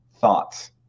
Thoughts